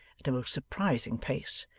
at a most surprising pace,